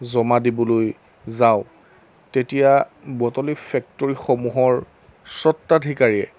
জমা দিবলৈ যাওঁ তেতিয়া বটলিভ ফেক্টৰীসমূহৰ স্বত্বাধিকাৰীয়ে